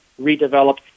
redeveloped